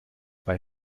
bei